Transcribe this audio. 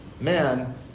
man